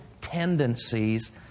tendencies